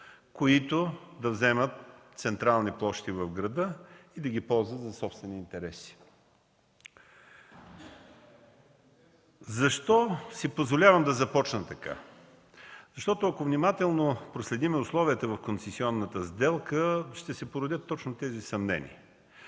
които да заемат централни площи в града и да ги ползват за собствени интереси. Защо си позволявам да започна така? Ако внимателно проследим условията в консеционната сделка, ще се породят точно тези съмнения.